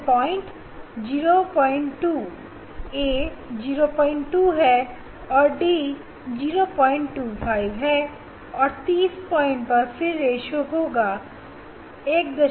यह point a 02 है और d 025 है और 30 पॉइंट पर फिर रेश्यो होगा 125 da करे जो होगा 125